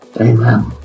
Amen